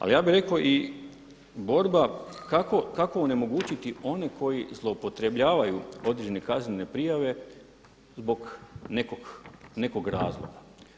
Ali ja bih rekao i borba kako onemogućiti one koji zloupotrebljavaju određene kaznene prijave zbog nekog razloga.